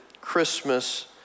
Christmas